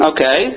Okay